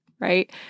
right